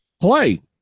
Play